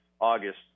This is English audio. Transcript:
August